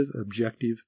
objective